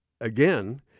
again